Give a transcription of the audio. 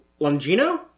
Longino